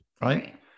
Right